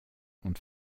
und